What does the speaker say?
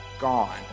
gone